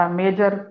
major